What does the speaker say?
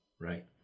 right